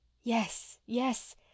Yes—yes